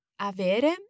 Avere